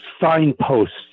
signposts